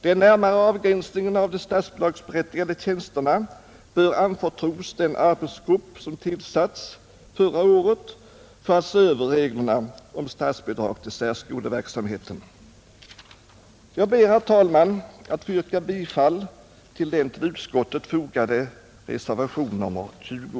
Den närmare avgränsningen av de statsbidragsberättigade tjänsterna bör anförtros den arbetsgrupp som tillsattes förra året för att se över reglerna om statsbidrag till särskoleverksamheten. Jag ber, herr talman, att få yrka bifall till den vid utskottets betänkande fogade reservationen 20.